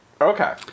Okay